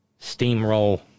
steamroll